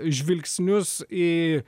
žvilgsnius į